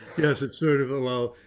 yes, it sort of allow,